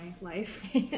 life